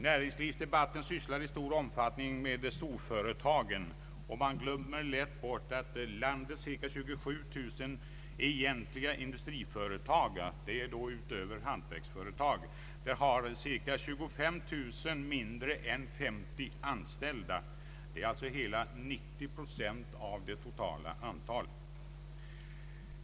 Näringslivsdebatten sysslar i hög grad med storföretagen, och man glömmer lätt bort att av landets cirka 27000 egentliga industriföretag — utöver hantverksföretagen — har cirka 25 000 mindre än 50 anställda, utgörande 90 procent av det totala antalet.